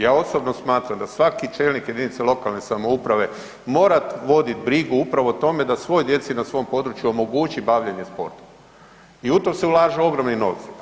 Ja osobno smatram da svaki čelnik jedinice lokalne samouprave mora voditi brigu upravo o tome da svoj djeci na svom području omogući bavljenje sportom i u to se ulažu ogromni novci.